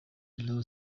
low